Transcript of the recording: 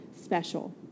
special